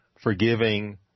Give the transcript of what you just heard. forgiving